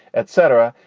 etc.